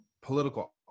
political